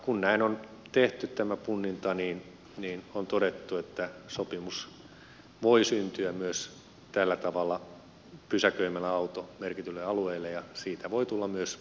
kun näin on tehty tämä punninta on todettu että sopimus voi syntyä myös tällä tavalla pysäköimällä auto merkityille alueille ja siitä voi tulla myös sopimussakkoseuraamus